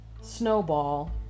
Snowball